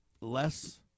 less